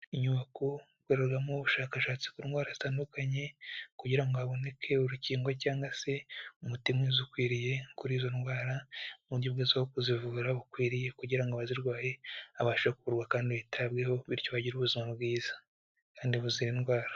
Inyubako ikorerwaramo ubushakashatsi ku ndwara zitandukanye, kugira ngo haboneke urukingo cyangwa se umuti ukwiriye kuri izo ndwara, mu buryo bwiza bwo kuzivura bukwiriye kugira ngo abazirwaye babashe kuvurwa kandi bitabweho bityo bagire ubuzima bwiza. Kandi buzira indwara.